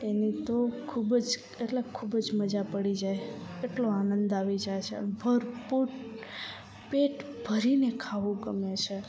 એની તો ખૂબ જ એટલે ખૂબ જ મજા પડી જાય એટલો આનંદ આવી જાય છે ભરપૂર પેટ ભરીને ખાવું ગમે છે